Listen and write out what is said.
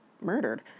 murdered